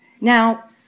Now